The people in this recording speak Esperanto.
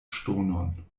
ŝtonon